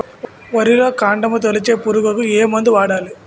వరిలో కాండము తొలిచే పురుగుకు ఏ మందు వాడాలి?